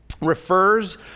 refers